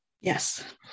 Yes